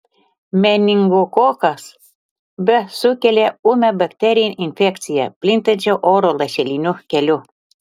meningokokas b sukelia ūmią bakterinę infekciją plintančią oro lašeliniu keliu